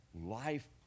life